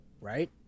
right